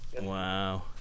Wow